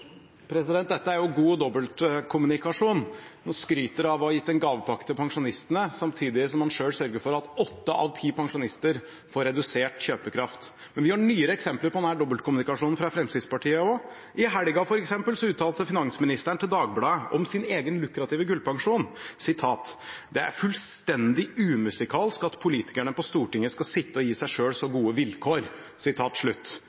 god dobbeltkommunikasjon. Man skryter av å ha gitt en gavepakke til pensjonistene, samtidig som man sørger for at åtte av ti pensjonister får redusert kjøpekraft. Men vi har også andre eksempler på denne dobbeltkommunikasjonen fra Fremskrittspartiet. I helgen, f.eks., uttalte finansministeren til Dagbladet om sin egen lukrative gullpensjon: «Det er fullstendig umusikalsk at politikerne på Stortinget skal sitte og gi seg selv så